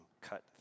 cut